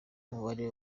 umubare